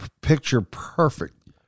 picture-perfect